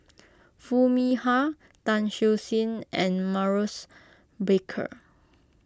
Foo Mee Har Tan Siew Sin and Maurice Baker